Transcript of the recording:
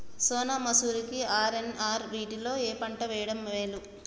సోనా మాషురి కి ఆర్.ఎన్.ఆర్ వీటిలో ఏ పంట వెయ్యడం మేలు?